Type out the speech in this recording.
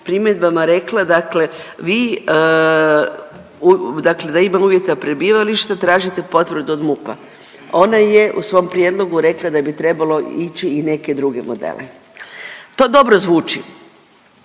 primjedbama rekla, dakle vi, dakle da ima uvjeta prebivališta tražite potvrdu od MUP-a. Ona je u svom prijedlogu rekla da bi trebalo ići i neke druge modele. To dobro zvuči.